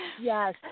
Yes